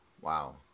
Wow